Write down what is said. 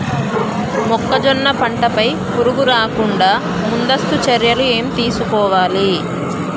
మొక్కజొన్న పంట పై పురుగు రాకుండా ముందస్తు చర్యలు ఏం తీసుకోవాలి?